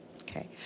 okay